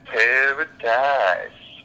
Paradise